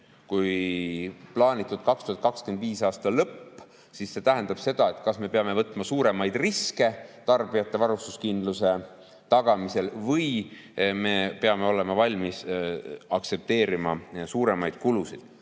kui plaanitud 2025. aasta lõpp, siis see tähendab seda, et me kas peame võtma suuremaid riske tarbijate varustuskindluse tagamisel või me peame olema valmis aktsepteerima suuremaid kulusid.